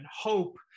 hope